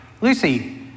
Lucy